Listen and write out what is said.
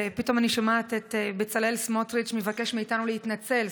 ופתאום אני שומעת את בצלאל סמוטריץ' מבקש מאיתנו להתנצל.